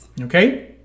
Okay